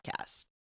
podcast